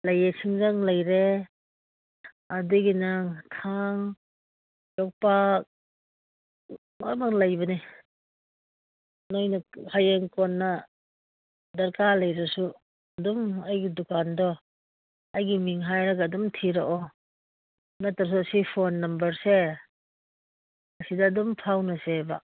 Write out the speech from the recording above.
ꯂꯩꯌꯦ ꯁꯤꯡꯖꯪ ꯂꯩꯔꯦ ꯑꯗꯒꯤ ꯅꯪ ꯊꯥꯡ ꯌꯣꯄꯥꯛ ꯂꯣꯏꯅꯃꯛ ꯂꯩꯕꯅꯦ ꯅꯣꯏꯅ ꯍꯌꯦꯡ ꯀꯣꯟꯅ ꯗꯔꯀꯥꯔ ꯂꯩꯔꯁꯨ ꯑꯗꯨꯝ ꯑꯩꯒꯤ ꯗꯨꯀꯥꯟꯗꯣ ꯑꯩꯒꯤ ꯃꯤꯡ ꯍꯥꯏꯔꯒ ꯑꯗꯨꯝ ꯊꯤꯔꯛꯑꯣ ꯅꯠꯇ꯭ꯔꯁꯨ ꯁꯤ ꯐꯣꯟ ꯅꯝꯕꯔꯁꯦ ꯑꯁꯤꯗ ꯑꯗꯨꯝ ꯐꯥꯎꯅꯁꯦꯕ